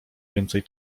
więcej